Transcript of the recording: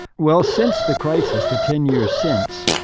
well, since the crisis, the ten years since,